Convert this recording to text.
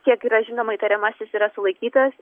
kiek yra žinoma įtariamasis yra sulaikytas